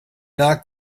not